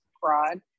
broad